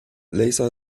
laser